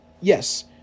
yes